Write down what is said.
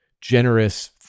generous